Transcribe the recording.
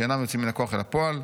שאינם יוצאים מן הכוח אל הפועל,